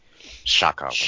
Shaka